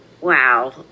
wow